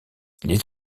les